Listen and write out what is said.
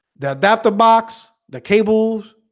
that that the box the cables